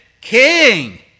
king